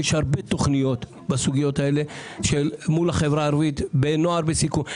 יש הרבה תוכניות בסוגיות האלה מול החברה הערבית כמו לגבי נוער בסיכון.